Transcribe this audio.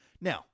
now